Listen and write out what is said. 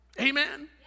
amen